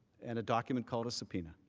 and a document called a subpoena.